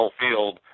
field